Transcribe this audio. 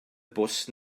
bws